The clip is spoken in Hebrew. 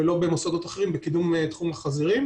ולא במוסדות אחרים בקידום תחום החזירים,